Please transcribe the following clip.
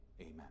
amen